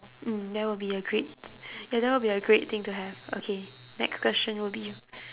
mm that will be a great ya that will be a great thing to have okay next question will be you